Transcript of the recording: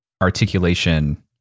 articulation